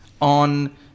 on